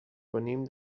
venim